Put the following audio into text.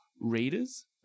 readers